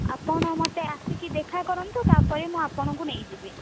ଆପଣ ମୋତେ ଆସିକି ଦେଖା କରନ୍ତୁ ତା'ପରେ ମୁଁ ଆପଣଙ୍କୁ ନେଇଯିବି